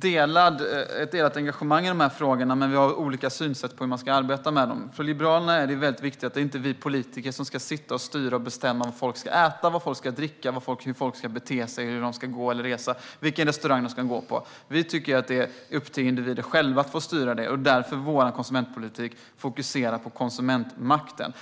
delar engagemanget för dessa frågor, men vi har olika syn på hur man ska arbeta med dem. Liberalerna tycker att det är viktigt att det inte är vi politiker som sitter och styr och bestämmer om vad folk ska äta och dricka och hur de ska bete sig, om de ska gå eller hur de ska resa eller vilken restaurang de ska gå till. Vi tycker att det är upp till individen själv att få styra detta, och därför är vår konsumentpolitik fokuserad på konsumentmakten.